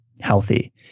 healthy